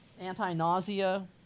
anti-nausea